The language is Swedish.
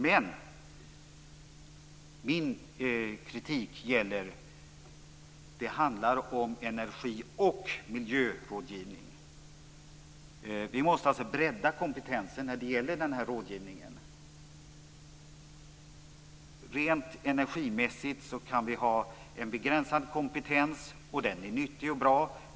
Men min kritik gäller att det handlar om energi och miljörådgivning. Vi måste bredda kompetensen när det gäller denna rådgivning. Rent energimässigt kan vi ha en begränsad kompetens, vilken är nyttig och bra.